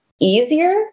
easier